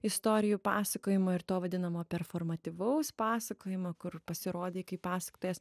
istorijų pasakojimo ir to vadinamo performatyvaus pasakojimo kur pasirodai kaip pasaktojas